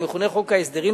המכונה חוק ההסדרים,